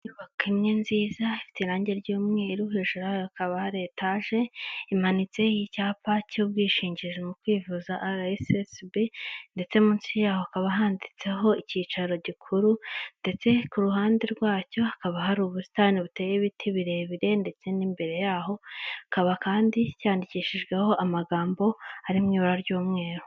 Inyubako ni nziza ifite irangi ry'umweru, hejuru hakaba hari etaje imanitseho icyapa cy'ubwishingizi mu kwivuza RSSB, ndetse munsi yaho hakaba handitseho icyicaro gikuru, ndetse ku ruhande rwacyo haba hari ubusitani buteye ibiti birebire, ndetse n'imbere yaho hakaba kandi cyandikishijweho amagambo ari mu ibara ry'umweru.